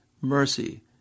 mercy